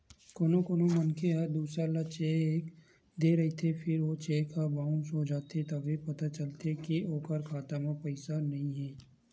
कोनो कोनो मनखे ह दूसर ल चेक दे रहिथे फेर ओ चेक ह बाउंस हो जाथे तभे पता चलथे के ओखर खाता म पइसा नइ हे